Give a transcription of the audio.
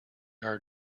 are